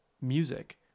music